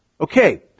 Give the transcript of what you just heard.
Okay